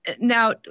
Now